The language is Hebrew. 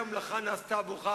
מצה שלא תפחה,